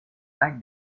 like